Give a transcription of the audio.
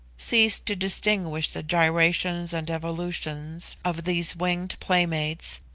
ceased to distinguish the gyrations and evolutions of these winged playmates,